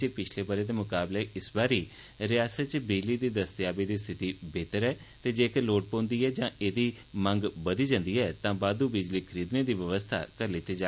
जे पिछले ब'रे दे मुकाबले ऐकती रियासतै च बिजली दी दस्तयाबी दी स्थिति बेहतर ऐ ते जेक्कर लोड़ पौंदी ऐ या एह्दी मंग बघदी ऐ तां बाददू बिजली खरीदने दी व्यवस्था रखी गेदी ऐ